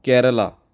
Kerala